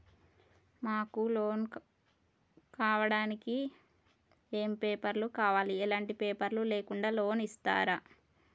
మాకు లోన్ కావడానికి ఏమేం పేపర్లు కావాలి ఎలాంటి పేపర్లు లేకుండా లోన్ ఇస్తరా?